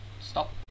Stop